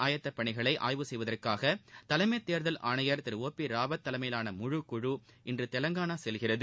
ஆயத்தப் பணிகளை ஆய்வு செய்வதற்காக தலைமை தேர்தல் ஆணையர் திரு ஓ பி ராவத் தலைமையிலான முழு குழு இன்று தெலங்கானா செல்கிறது